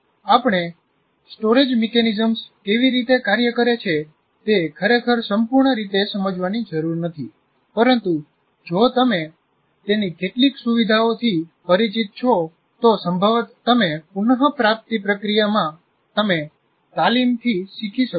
આપણે storage mechanisms કેવી રીતે કાર્ય કરે છે તે ખરેખર સંપૂર્ણ રીતે સમજવાની જરૂર નથી પરંતુ જો તમે તેની કેટલીક સુવિધાઓથી પરિચિત છો તો સંભવત તમે પુનપ્રાપ્તિ પ્રક્રિયામાં તમે તાલીમ થી શીખી શકો છો